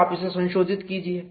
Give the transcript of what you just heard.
फिर आप इसे संशोधित कीजिए